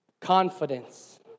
confidence